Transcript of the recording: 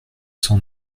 cent